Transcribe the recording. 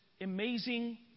amazing